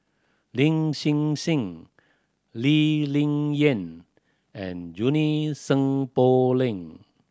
Lin Hsin Hsin Lee Ling Yen and Junie Sng Poh Leng